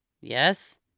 Yes